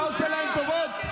אתה עושה להם טובות?